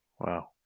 Wow